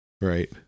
Right